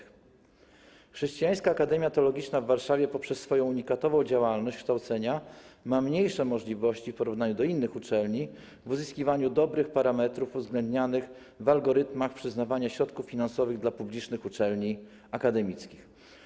Chrześcijańska Akademia Teologiczna w Warszawie poprzez swoją unikatową działalność kształcenia ma mniejsze możliwości w porównaniu do innych uczelni w zakresie uzyskiwania dobrych parametrów uwzględnianych w algorytmach przyznawania środków finansowych dla publicznych uczelni akademickich.